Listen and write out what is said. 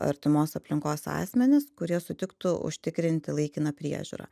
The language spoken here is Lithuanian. artimos aplinkos asmenys kurie sutiktų užtikrinti laikiną priežiūrą